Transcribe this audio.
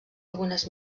algunes